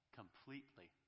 completely